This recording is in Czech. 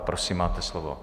Prosím, máte slovo.